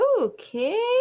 Okay